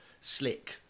slick